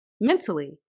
Mentally